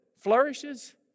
flourishes